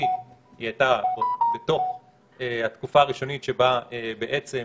הייתה בתוך התקופה הראשונית שבה בעצם,